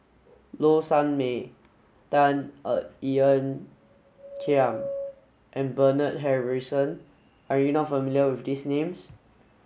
Low Sanmay Tan Ean Kiam and Bernard Harrison are you not familiar with these names